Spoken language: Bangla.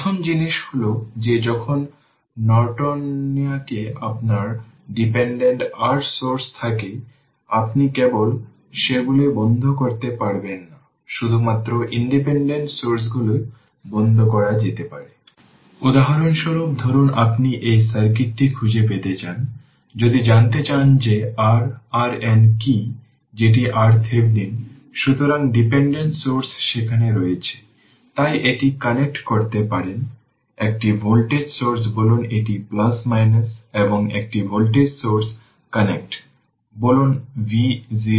প্রথম জিনিস হল যে যখন নেটওয়ার্কে আপনার ডিপেন্ডেন্ট r সোর্স থাকে আপনি কেবল সেগুলি বন্ধ করতে পারবেন না শুধুমাত্র ইন্ডিপেন্ডেন্ট সোর্সগুলি বন্ধ করা যেতে পারে। উদাহরণস্বরূপ ধরুন আপনি এই সার্কিটটি খুঁজে পেতে চান যদি জানতে চান যযে r RN কি যেটি RThevenin সুতরাং ডিপেন্ডেন্ট সোর্স সেখানে রয়েছে তাই এটি কানেক্ট করতে পারেন একটি ভোল্টেজ সোর্স বলুন এটি এবং একটি ভোল্টেজ সোর্স কানেক্ট বলুন V0 1 ভোল্ট